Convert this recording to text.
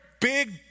big